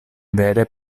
vere